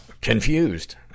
confused